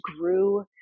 grew